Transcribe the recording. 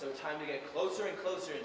so time to get closer and closer